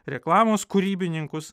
reklamos kūrybininkus